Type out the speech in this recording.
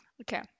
okay